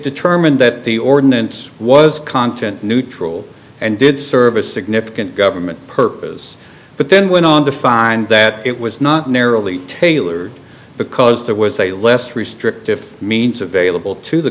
determined that the ordinance was content neutral and did serve a significant government purpose but then went on to find that it was not narrowly tailored because there was a less restrictive means available to the